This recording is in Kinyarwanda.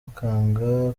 akanga